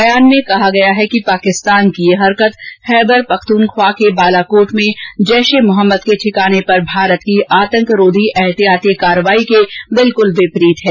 बयान में कहा गया है कि पाकिस्तान की यह हरकत खैबर पख्तूनख्वा के बालाकोट में जैश ए मोहम्मद के ठिकाने पर भारत की आतंकरोधी एहतियाती कार्रवाई के बिलक्ल विपरीत है